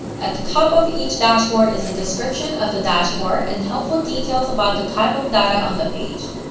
at the top of each dashboard is a description of the dashboard and helpful details about the type of data on the page.